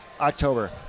October